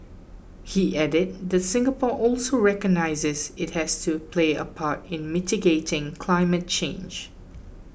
he added that Singapore also recognises it has to play a part in mitigating climate change